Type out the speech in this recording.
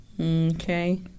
Okay